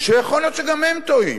שיכול להיות שגם הם טועים.